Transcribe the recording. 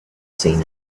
seen